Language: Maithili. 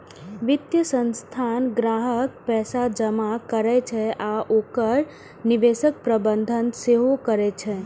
वित्तीय संस्थान ग्राहकक पैसा जमा करै छै आ ओकर निवेशक प्रबंधन सेहो करै छै